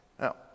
Now